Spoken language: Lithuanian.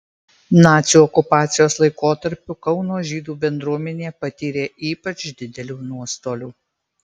nacių okupacijos laikotarpiu kauno žydų bendruomenė patyrė ypač didelių nuostolių